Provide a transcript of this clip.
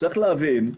צריך להבין,